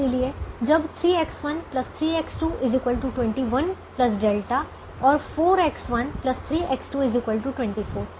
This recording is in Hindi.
इसलिए जब 3X1 3X2 21 ઠ और 4X1 3X2 24